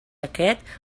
aquest